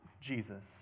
Jesus